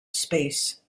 space